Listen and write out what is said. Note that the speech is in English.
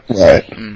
Right